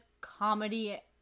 comedy